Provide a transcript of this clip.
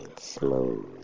smooth